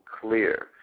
clear